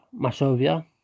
Masovia